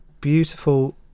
Beautiful